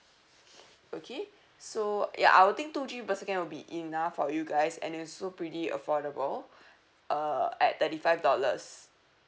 okay so ya I'll think two G_B per second will be enough for you guys and it's so pretty affordable uh at thirty five dollars